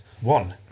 One